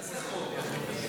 איזה חוק?